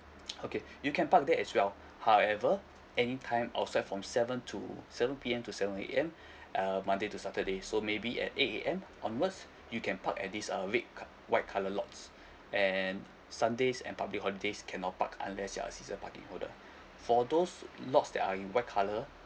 okay you can park there as well however any time outside from seven to seven P_M to seven A_M uh monday to saturday so maybe at eight A_M onwards you can park at this uh red co~ white colour lots and sundays and public holidays cannot park unless you are a season parking holder for those lots that are in white colour